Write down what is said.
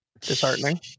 disheartening